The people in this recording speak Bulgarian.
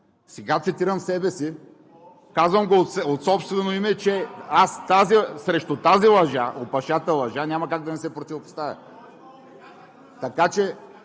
Сега цитирам себе си. Казвам го от собствено име, че аз срещу тази лъжа, опашата лъжа няма как да не се противопоставя. (Шум и